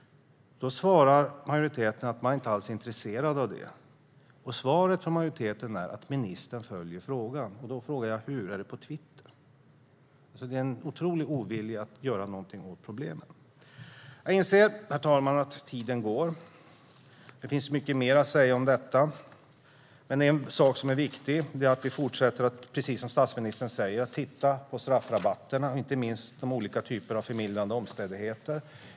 Då svarar majoriteten att man inte alls är intresserad av det. Svaret från majoriteten är att ministern följer frågan. Då undrar jag: Hur? Är det på Twitter? Det finns en otrolig ovilja att göra någonting åt problemen. Jag inser, herr talman, att tiden går. Det finns mycket mer att säga om detta. Men en sak som är viktig är att vi fortsätter att - precis som statsministern säger - titta på straffrabatterna och inte minst på olika typer av förmildrande omständigheter.